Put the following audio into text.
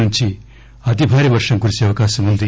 నుంచి అతి భారీ వర్షం కురిసే అవకాశం వుంది